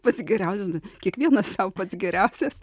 pats geriausias kiekvienas sau pats geriausias